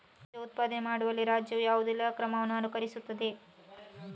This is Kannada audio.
ಬೀಜ ಉತ್ಪಾದನೆ ಮಾಡುವಲ್ಲಿ ರಾಜ್ಯವು ಯಾವುದೆಲ್ಲ ಕ್ರಮಗಳನ್ನು ಅನುಕರಿಸುತ್ತದೆ?